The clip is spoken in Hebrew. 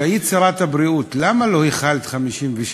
שהיטיבה לתאר את הדברים בצורה מאוד נכונה ומציאותית.